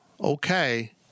okay